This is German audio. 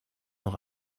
noch